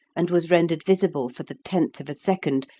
and was rendered visible for the tenth of a second,